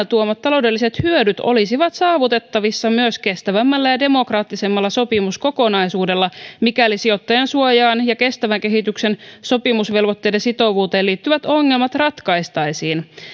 tuomat taloudelliset hyödyt olisivat saavutettavissa myös kestävämmällä ja demokraattisemmalla sopimuskokonaisuudella mikäli sijoittajansuojaan ja kestävän kehityksen sopimusvelvoitteiden sitovuuteen liittyvät ongelmat ratkaistaisiin